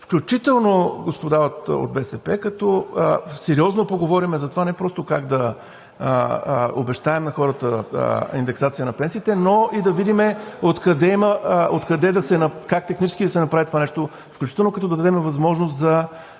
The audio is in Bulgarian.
Включително, господа от БСП, като сериозно поговорим за това не просто как да обещаем на хората индексация на пенсиите, но и да видим как технически да се направи това нещо, включително като дадем възможност…